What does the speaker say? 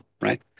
right